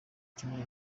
kinini